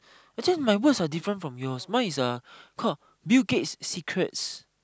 actually my voice are different from yours mine is uh called Bill-Gate's secrets